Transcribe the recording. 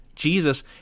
Jesus